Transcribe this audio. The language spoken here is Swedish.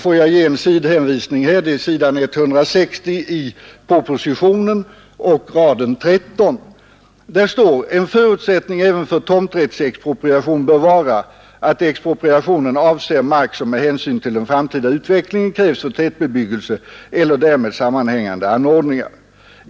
På s. 160 r. 13 i propositionen står det: ”En förutsättning även för tomträttsexpropriation bör vara att expropriationen avser mark som med hänsyn till den framtida utvecklingen krävs för tätbebyggelse eller därmed sammanhängande anordningar.